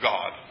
God